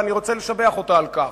ואני רוצה לשבח אותה על כך,